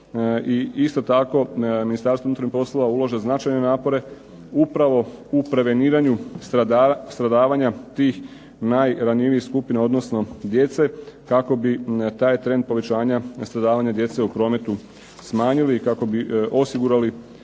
isto tako Ministarstvo unutarnjih poslova ulaže značajne napore upravo u preveniranju stradavanja tih najranjivijih skupina odnosno djece kako bi taj trend povećanja stradavanja djece u prometu smanjili i kako bi osigurali